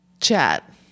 chat